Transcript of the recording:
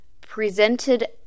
presented